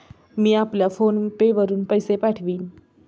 मी आपल्याला PhonePe वरुन पैसे पाठवीन